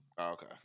Okay